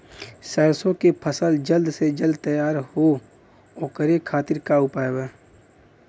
सरसो के फसल जल्द से जल्द तैयार हो ओकरे खातीर का उपाय बा?